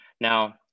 Now